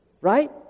right